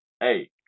Hey